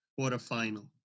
quarterfinal